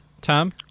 tom